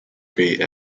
gate